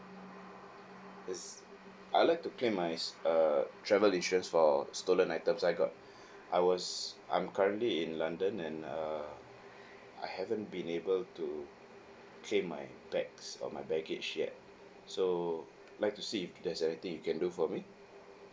yes I'll like to claim my err travel insurance for stolen items I got I was I'm currently in london and err I haven't been able to claim my bags or my baggage yet so like to see if there's anything you can do for me